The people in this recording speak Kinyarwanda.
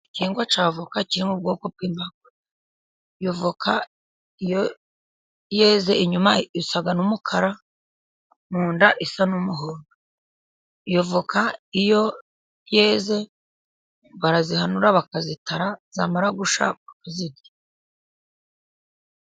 Igihingwa cya voka kiri mu bwoko bw'impakwe, iyo voka iyo yeze inyuma isa n'umukara， mu nda isa n'umuhondo. Iyo voka iyo yeze barazihanura， bakazitara zamara gushya， bakazirya.